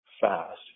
fast